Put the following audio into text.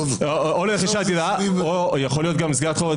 או לרכישת דירה, או יכול להיות גם לסגירת חוב.